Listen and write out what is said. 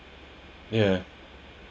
yeah